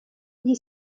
gli